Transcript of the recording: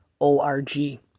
O-R-G